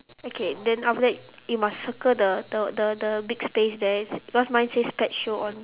okay then after that you must circle the the the the big space there cause mine says pet show on